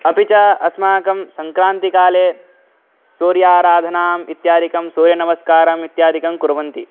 अपि च अस्माकं सङ्क्रान्तिकाले सूर्याराधनाम् इत्यादिकं सूर्यनमस्कारम् इत्यादिकं कुर्वन्ति